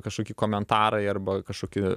kažkoki komentarai arba kažkoki